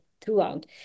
throughout